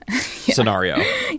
scenario